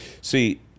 See